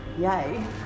Yay